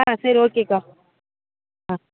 ஆ சரி ஓகே அக்கா ஆ